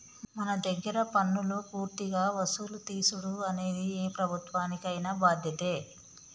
మన దగ్గర పన్నులు పూర్తిగా వసులు తీసుడు అనేది ఏ ప్రభుత్వానికైన బాధ్యతే